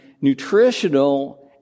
nutritional